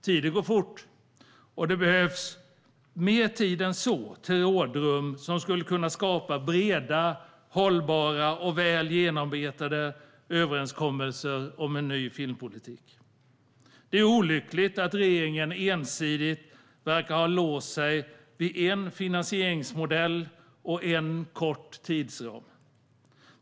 Tiden går fort, och det behövs mer tid än så för rådrum som skulle kunna skapa breda, hållbara och väl genomarbetade överenskommelser om en ny filmpolitik. Det är olyckligt att regeringen ensidigt verkar ha låst sig vid en finansieringsmodell och en kort tidsram.